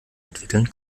entwickeln